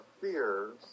fears